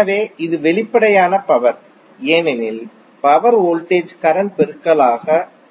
எனவே இது வெளிப்படையான பவர் ஏனெனில் பவர் வோல்டேஜ் கரண்ட் பெருக்கலாக